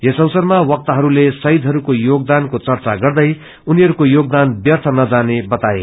यस अवसरमा वक्ताहरूले श्हीदहरूको योगदानको चर्चा गर्दै योगदान व्यथ नजाने वताए